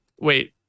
wait